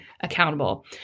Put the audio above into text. accountable